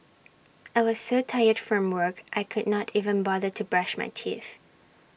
I was so tired from work I could not even bother to brush my teeth